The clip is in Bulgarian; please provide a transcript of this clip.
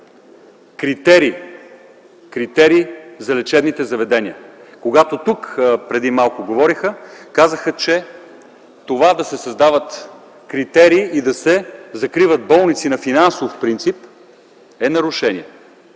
критерии за лечебните заведения. Когато тук преди малко говорехте, казахте, че това да се създават критерии и да се закриват болници на финансов принцип е нарушение.